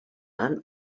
and